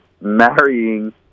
marrying